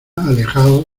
alejaos